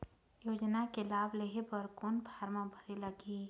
योजना के लाभ लेहे बर कोन फार्म भरे लगही?